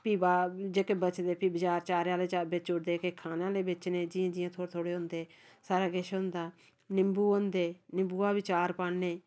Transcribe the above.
फ्ही बाद जेह्के बचदे फ्ही बजार अचारा आह्ले बेची उड़दे केईं खाने आह्ले बेचने जि'यां जि'यां थोह्ड़े थोह्ड़े होंदे सारा किश होंदा निंम्बू होंदे निंम्बू दा बी अचार पान्ने